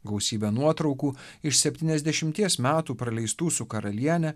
gausybė nuotraukų iš septyniasdešimties metų praleistų su karaliene